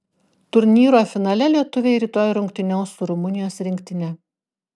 turnyro finale lietuviai rytoj rungtyniaus su rumunijos rinktine